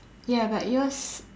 ya but yours